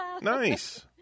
Nice